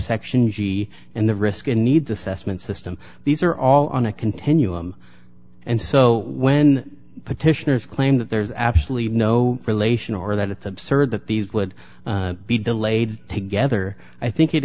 section g and the risk and needs assessment system these are all on a continuum and so when petitioners claim that there's absolutely no relation or that it's absurd that these would be delayed together i think it